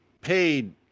paid